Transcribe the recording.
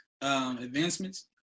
advancements